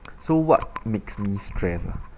so what makes me stress ah